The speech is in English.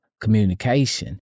communication